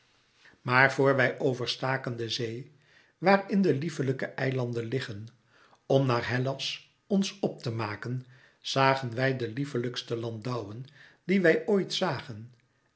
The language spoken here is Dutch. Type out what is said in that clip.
maar vor wij overstaken de zee waar in de lieflijke eilanden liggen om naar hellas ons op te maken zagen wij de lieflijkste landouwen die wij oit zagen